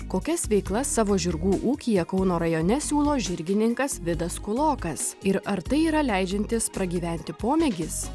kokias veiklas savo žirgų ūkyje kauno rajone siūlo žirgininkas vidas kūlokas ir ar tai yra leidžiantis pragyventi pomėgis